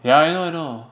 yeah I know I know